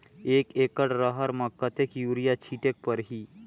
एक एकड रहर म कतेक युरिया छीटेक परही?